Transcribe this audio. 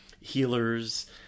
healers